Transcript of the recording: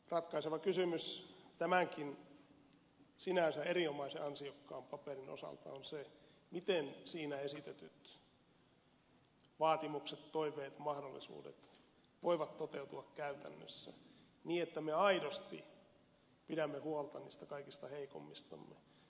ratkaiseva kysymys tämänkin sinänsä erinomaisen ansiokkaan paperin osalta on se miten siinä esitetyt vaatimukset toiveet mahdollisuudet voivat toteutua käytännössä niin että me aidosti pidämme huolta niistä kaikista heikommistamme